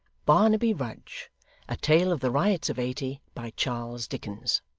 barnaby rudge a tale of the riots of eighty by charles dickens